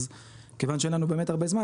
אז כיוון שאין לנו הרבה זמן,